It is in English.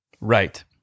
Right